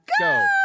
go